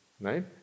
right